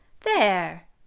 There